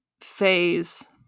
phase